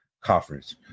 conference